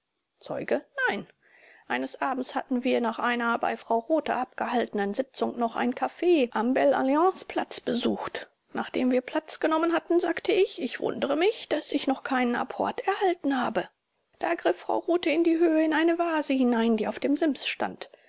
zeuge nein eines abends hatten wir nach einer bei frau rothe abgehaltenen sitzung noch ein caf am belle allianceplatz besucht nachdem wir platz genommen hatten sagte ich ich wundere mich daß ich noch keinen apport erhalten habe da griff frau rothe in die höhe in eine vase hinein die auf dem sims stand